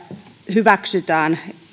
hyväksytään